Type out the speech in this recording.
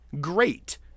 great